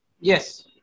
Yes